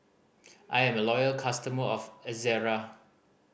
I am a loyal customer of Ezerra